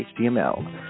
html